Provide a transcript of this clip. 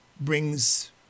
brings